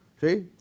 See